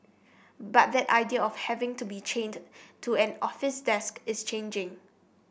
but that idea of having to be chained to an office desk is changing